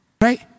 right